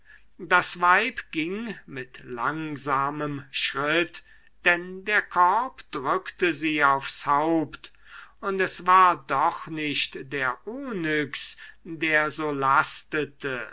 das weib ging mit langsamem schritt denn der korb drückte sie aufs haupt und es war doch nicht der onyx der so lastete